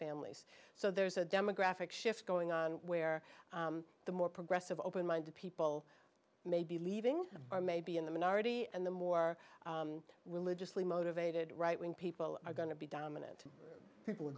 families so there's a demographic shift going on where the more progressive open minded people may be leaving are maybe in the minority and the more religiously motivated right wing people are going to be dominant people